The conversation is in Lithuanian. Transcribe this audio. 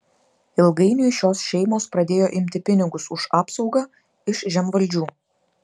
ilgainiui šios šeimos pradėjo imti pinigus už apsaugą iš žemvaldžių